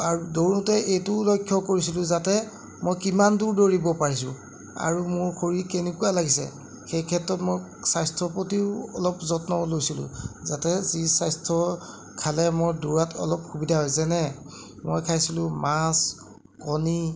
আৰু দৌৰোঁতে এইটোও লক্ষ্য কৰিছিলোঁ যাতে মই কিমান দূৰ দৌৰিব পাৰিছোঁ আৰু মোৰ শৰীৰ কেনেকুৱা লাগিছে সেইক্ষেত্ৰত মই স্বাস্থ্যৰ প্ৰতিও অলপ যত্ন লৈছিলোঁ যাতে যি স্বাস্থ্য খালে মোৰ দৌৰাত অলপ সুবিধা হয় যেনে মই খাইছিলোঁ মাছ কণী